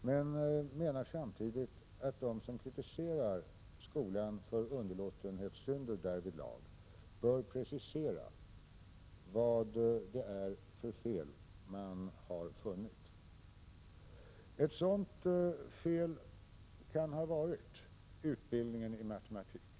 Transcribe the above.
men jag menar samtidigt att de som kritiserar skolan för underlåtenhetssynder därvidlag bör precisera vad det är för fel de har funnit. Ett sådant fel kan ha varit utbildningen i matematik.